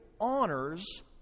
honors